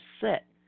set